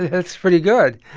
that's pretty good.